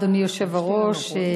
אדוני היושב-ראש,